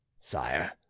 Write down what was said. sire